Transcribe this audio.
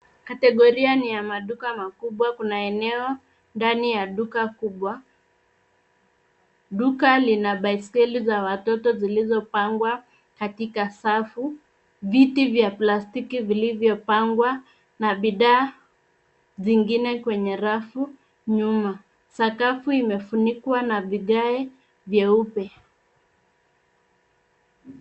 Kategoria ni ya maduka makubwa. Kuna eneo ndani ya duka kubwa, duka lina baiskeli za watoto zilizopangwa katika safu, viti vya plastiki vilivyopangwa na bidhaa zingine kwenye rafu nyuma. Sakafu imefunikwa na vigae vyeupe.